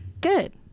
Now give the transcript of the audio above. good